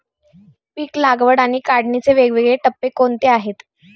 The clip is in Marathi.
पीक लागवड आणि काढणीचे वेगवेगळे टप्पे कोणते आहेत?